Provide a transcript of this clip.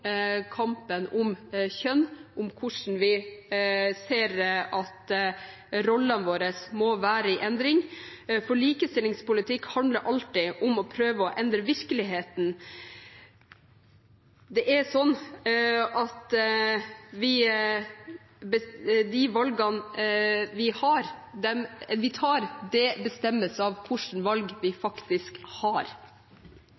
kampen om kjønn, om hvordan vi ser at rollene våre må være i endring, for likestillingspolitikk handler alltid om å prøve å endre virkeligheten. Det er sånn at de valgene vi tar, bestemmes av hvilke valg vi faktisk har.